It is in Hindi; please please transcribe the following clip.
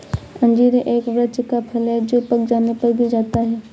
अंजीर एक वृक्ष का फल है जो पक जाने पर गिर जाता है